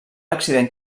accident